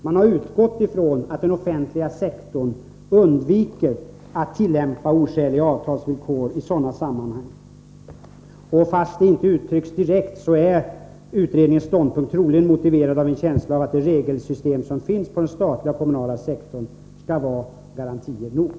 Man har utgått från att den offentliga sektorn undviker att tillämpa oskäliga avtalsvillkor i sådana sammanhang. Fast det inte uttrycks direkt är utredningens ståndpunkt troligen motiverad av känslan att det regelsystem som finns på den statliga och kommunala sektorn innebär garantier nog.